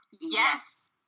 Yes